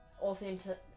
authentic